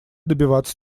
добиваться